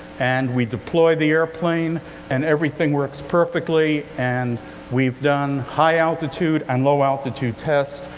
and we deploy the airplane and everything works perfectly. and we've done high-altitude and low-altitude tests,